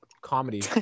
comedy